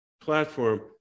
platform